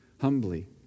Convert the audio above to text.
humbly